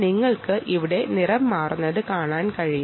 നിങ്ങൾക്ക് ഇവിടെ നിറം മാറുന്നത് കാണാൻ കഴിയും